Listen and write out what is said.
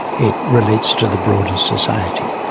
it relates to the broader society.